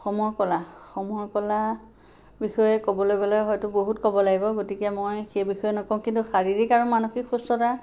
সমৰ কলা সমৰ কলাৰ বিষয়ে ক'বলৈ গ'লে হয়তো বহুত ক'ব লাগিব গতিকে মই সেইবিষয়ে নকওঁ কিন্তু শাৰীৰিক আৰু মানসিক সুস্থতা